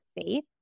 faith